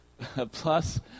Plus